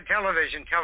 television